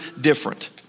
different